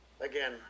Again